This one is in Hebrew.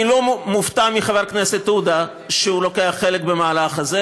אני לא מופתע על שחבר הכנסת עודה לוקח חלק במהלך הזה,